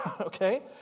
okay